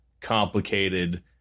complicated